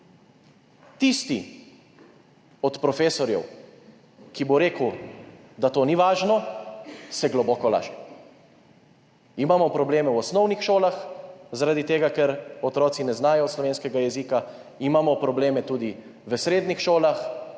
Tisti od profesorjev, ki bo rekel, da to ni važno, se globoko laže. Imamo probleme v osnovnih šolah, zaradi tega ker otroci ne znajo slovenskega jezika, imamo probleme tudi v srednjih šolah.